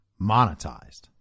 monetized